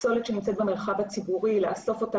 פסולת שנמצאת במרחב הציבורי לאסוף אותה,